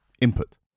input